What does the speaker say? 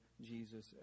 Jesus